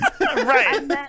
Right